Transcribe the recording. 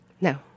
No